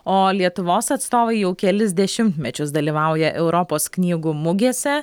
o lietuvos atstovai jau kelis dešimtmečius dalyvauja europos knygų mugėse